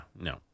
no